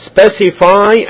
Specify